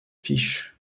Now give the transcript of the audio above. fiche